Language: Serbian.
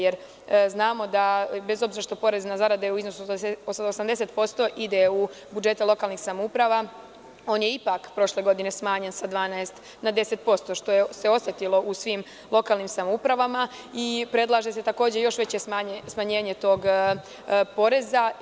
Jer, bez obzira što porez na zarade u iznosu od 80% ide u budžete lokalnih samouprava, on je ipak prošle godine smanjen sa 12 na 10%, što se osetilo u svim lokalnim samoupravama i predlaže se još veće smanjenje tog poreza.